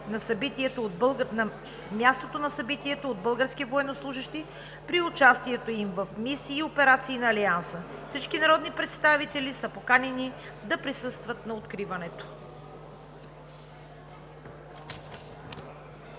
на мястото на събитието от български военнослужещи при участието им в мисии и операции на Алианса. Всички народни представители са поканени да присъстват на откриването.